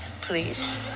please